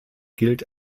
gilt